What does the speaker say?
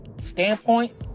standpoint